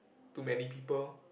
too many people